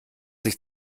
sich